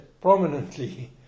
prominently